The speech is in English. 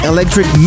Electric